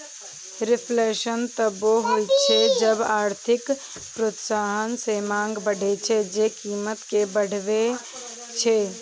reflation तबो होइ छै जब आर्थिक प्रोत्साहन सं मांग बढ़ै छै, जे कीमत कें बढ़बै छै